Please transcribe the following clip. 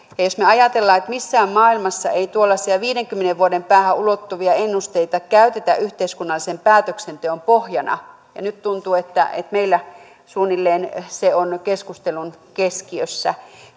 jos ajatellaan niin missään maailmassa ei tuollaisia viidenkymmenen vuoden päähän ulottuvia ennusteita käytetä yhteiskunnallisen päätöksenteon pohjana ja nyt tuntuu että meillä se on suunnilleen keskustelun keskiössä